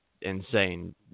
insane